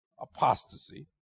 apostasy